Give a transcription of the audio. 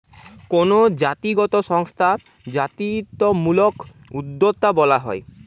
কোনো জাতিগত সংস্থা জাতিত্বমূলক উদ্যোক্তা বলা হয়